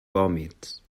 vòmits